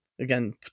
Again